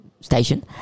station